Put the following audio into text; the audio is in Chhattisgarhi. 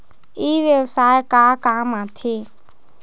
ई व्यवसाय का काम आथे?